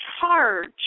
charge